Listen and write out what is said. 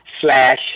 slash